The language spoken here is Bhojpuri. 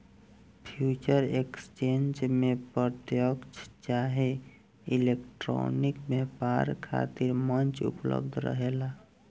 फ्यूचर एक्सचेंज में प्रत्यकछ चाहे इलेक्ट्रॉनिक व्यापार खातिर मंच उपलब्ध रहेला